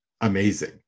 amazing